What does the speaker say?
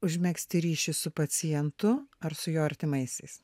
užmegzti ryšį su pacientu ar su jo artimaisiais